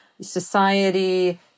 society